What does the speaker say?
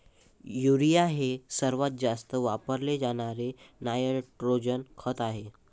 urea हे सर्वात जास्त वापरले जाणारे नायट्रोजन खत आहे